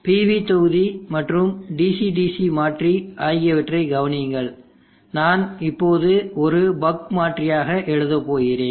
PV தொகுதி மற்றும் DC DC மாற்றி ஆகியவற்றைக் கவனியுங்கள் நான் இப்போது ஒரு பக் மாற்றியாக எழுதப் போகிறேன்